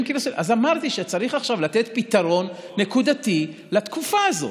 אז אמרתי שצריך עכשיו לתת פתרון נקודתי לתקופה הזאת.